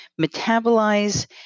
metabolize